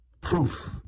proof